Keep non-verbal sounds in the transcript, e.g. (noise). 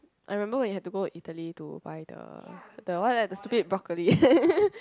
I remember when you had to go to Italy to buy the the what's that the stupid brocolli (laughs)